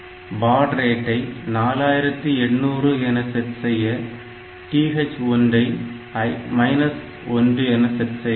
பாட் ரேட்டை 4800 என செட் செய்ய TH1 ஐ மைனஸ் 1 என்று செட் செய்ய வேண்டும்